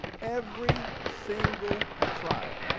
every single trial.